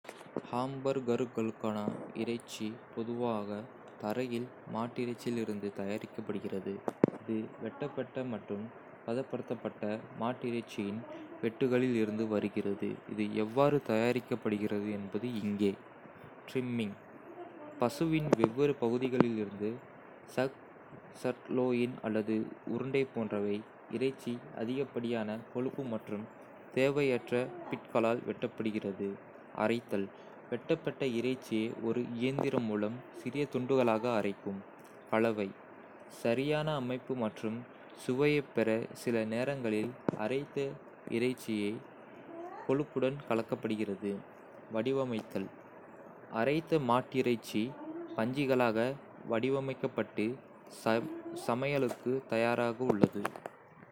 ஹாம்பர்கர்களுக்கான இறைச்சி பொதுவாக தரையில் மாட்டிறைச்சியிலிருந்து தயாரிக்கப்படுகிறது, இது வெட்டப்பட்ட மற்றும் பதப்படுத்தப்பட்ட மாட்டிறைச்சியின் வெட்டுகளிலிருந்து வருகிறது. இது எவ்வாறு தயாரிக்கப்படுகிறது என்பது இங்கே. ட்ரிம்மிங் பசுவின் வெவ்வேறு பகுதிகளிலிருந்து (சக், சர்லோயின் அல்லது உருண்டை போன்றவை) இறைச்சி அதிகப்படியான கொழுப்பு மற்றும் தேவையற்ற பிட்களால் வெட்டப்படுகிறது. அரைத்தல். வெட்டப்பட்ட இறைச்சியை ஒரு இயந்திரம் மூலம் சிறிய துண்டுகளாக அரைக்கும். கலவை: சரியான அமைப்பு மற்றும் சுவையைப் பெற சில நேரங்களில் அரைத்த இறைச்சி கொழுப்புடன் கலக்கப்படுகிறது. வடிவமைத்தல். அரைத்த மாட்டிறைச்சி பஜ்ஜிகளாக வடிவமைக்கப்பட்டு, சமையலுக்குத் தயாராக உள்ளது.